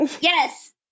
Yes